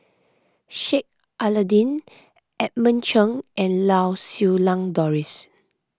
Sheik Alau'ddin Edmund Cheng and Lau Siew Lang Doris